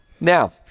Now